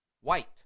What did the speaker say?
white